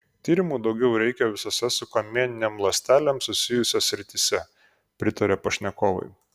tyrimų daugiau reikia visose su kamieninėm ląstelėm susijusiose srityse pritaria pašnekovai